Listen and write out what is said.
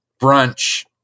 brunch